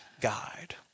guide